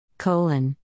Colon